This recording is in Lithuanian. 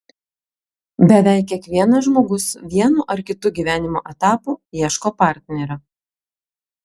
beveik kiekvienas žmogus vienu ar kitu gyvenimo etapu ieško partnerio